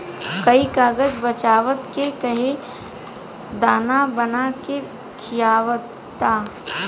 कोई कागज बचावता त केहू दाना बना के खिआवता